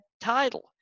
title